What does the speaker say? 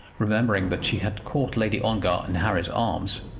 remembering that she had caught lady ongar in harry's arms,